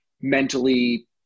mentally